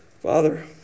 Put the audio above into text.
Father